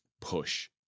Push